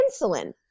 insulin